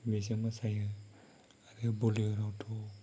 बेजों मोसायो आरो बलिउडआवथ'